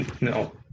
no